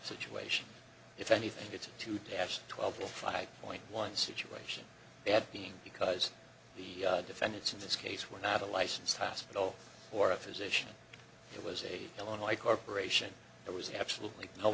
situation if anything gets to dash twelve a five point one situation bad thing because the defendants in this case were not a licensed hospital or a physician it was a illinois corporation there was absolutely no